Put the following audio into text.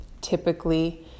typically